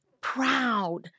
proud